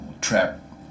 trap